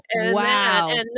Wow